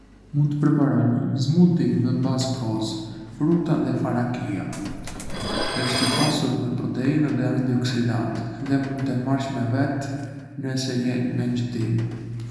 Mund të prëparonj një smoothie me bazë kos, fruta dhe fara chia. Është i pasur me proteina dhe antioksidantë, dhe mund ta marrësh me vete nëse je me nxitim.